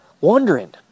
wondering